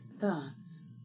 thoughts